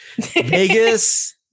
Vegas